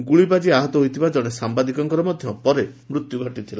ଗୁଳି ବାଜି ଆହତ ହୋଇଥିବା ଜଣେ ସାମ୍ଘାଦିକଙ୍କର ମଧ୍ୟ ପରେ ମୃତ୍ୟୁ ଘଟିଥିଲା